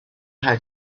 how